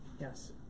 Yes